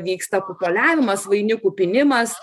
vyksta kupoliavimas vainikų pynimas